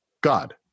God